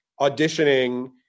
auditioning